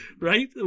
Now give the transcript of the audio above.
Right